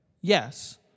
Yes